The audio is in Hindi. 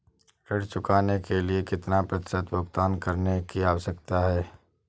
ऋण चुकाने के लिए कितना प्रतिशत भुगतान करने की आवश्यकता है?